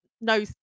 no